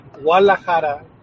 Guadalajara